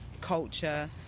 culture